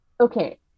Okay